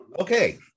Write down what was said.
Okay